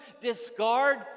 discard